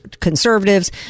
conservatives